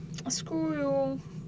I screw you